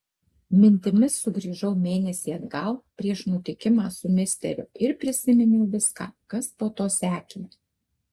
mintimis sugrįžau mėnesį atgal prieš nutikimą su misteriu ir prisiminiau viską kas po to sekė